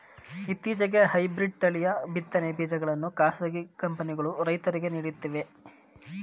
ಇತ್ತೀಚೆಗೆ ಹೈಬ್ರಿಡ್ ತಳಿಯ ಬಿತ್ತನೆ ಬೀಜಗಳನ್ನು ಖಾಸಗಿ ಕಂಪನಿಗಳು ರೈತರಿಗೆ ನೀಡುತ್ತಿವೆ